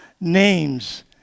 names